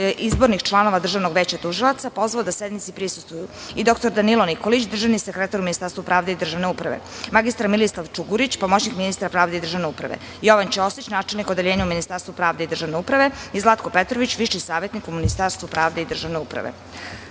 izbornih članova državnog veća tužilaca pozvao da sednici prisustvuju i doktor Danilo Nikolić državni sekretar u Ministarstvu pravde i državne uprave, magistar Milisav Čogurić, pomoćnik ministra pravde i državne uprave, Jovan Ćosić, načelnik Odeljenja u Ministarstvu pravde i državne uprave i Zlatko Petrović, viši savetnik u Ministarstvu pravde i državne